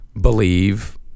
believe